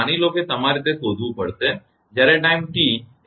માની લો કે તમારે તે શોધવું પડશે જ્યારે ટાઇમ t એ 5